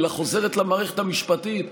אלא חוזרת למערכת המשפטית,